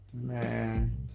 Man